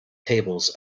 tables